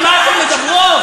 על מה אתן מדברות?